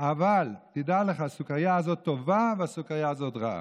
אבל תדע לך, הסוכרייה הזו טובה והסוכרייה הזו רעה.